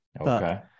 Okay